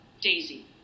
Daisy